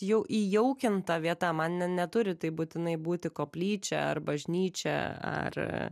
jau įjaukinta vieta man na neturi tai būtinai būti koplyčia ar bažnyčia ar